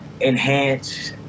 enhance